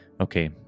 okay